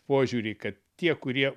požiūrį kad tie kurie